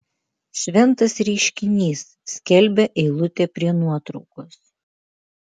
šventas reiškinys skelbia eilutė prie nuotraukos